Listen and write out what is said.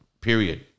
Period